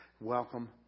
Welcome